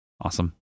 Awesome